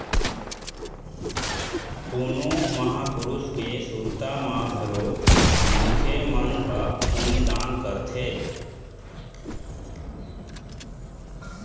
कोनो महापुरुष के सुरता म घलोक मनखे मन ह खून दान करथे